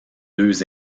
deux